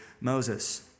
Moses